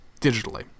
digitally